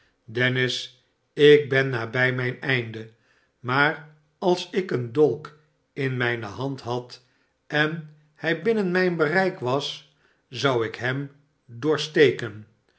dennis ik ben nabij mijn emde maar lis ik een dolk in mijne hand had en hij binnen myn bereik was zou ik hem doorsteken